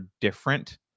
different